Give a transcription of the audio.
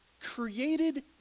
created